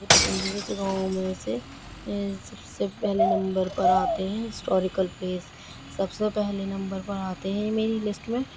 میری پسندیدہ جگہوں میں سے سب سے پہلے نمبر پر آتے ہیں اسٹوریکل پلیس سب پہلے نمبر پر آتے ہیں میری لسٹ میں